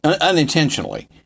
unintentionally